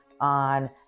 on